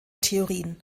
theorien